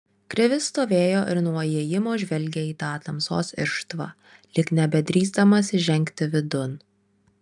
krivis stovėjo ir nuo įėjimo žvelgė į tą tamsos irštvą lyg nebedrįsdamas įžengti vidun